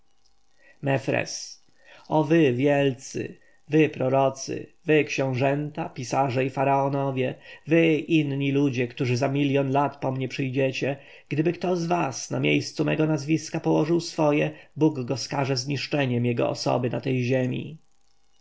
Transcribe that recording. o wy wielcy wy prorocy wy książęta pisarze i faraonowie wy inni ludzie którzy za miljon lat po mnie przyjdziecie gdyby kto z was na miejscu mego nazwiska położył swoje bóg go skarze zniszczeniem jego osoby na tej ziemi